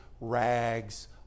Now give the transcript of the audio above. rags